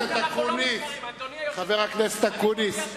חבר הכנסת אקוניס,